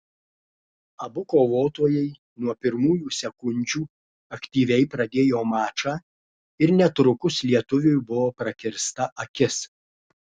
abu kovotojai nuo pirmųjų sekundžių aktyviai pradėjo mačą ir netrukus lietuviui buvo prakirsta akis